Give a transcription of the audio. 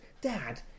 Dad